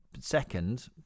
second